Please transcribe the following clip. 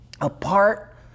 apart